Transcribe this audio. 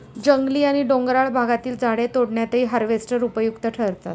जंगली आणि डोंगराळ भागातील झाडे तोडण्यातही हार्वेस्टर उपयुक्त ठरतात